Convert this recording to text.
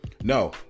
No